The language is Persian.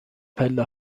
پله